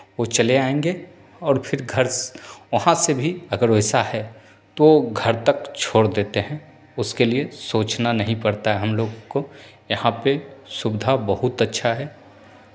वो चले आएंगे और फिर घर वहाँ से भी अगर वैसा है तो घर तक छोड़ देते हैं उसके लिए सोचना नहीं पड़ता है हमलोग को यहाँ पे सुविधा बहुत अच्छा है